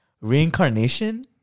reincarnation